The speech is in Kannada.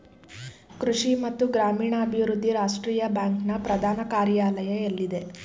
ಕೃಷಿ ಮತ್ತು ಗ್ರಾಮೀಣಾಭಿವೃದ್ಧಿ ರಾಷ್ಟ್ರೀಯ ಬ್ಯಾಂಕ್ ನ ಪ್ರಧಾನ ಕಾರ್ಯಾಲಯ ಎಲ್ಲಿದೆ?